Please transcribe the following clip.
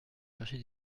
chercher